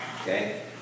Okay